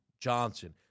Johnson